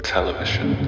Television